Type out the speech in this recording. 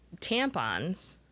tampons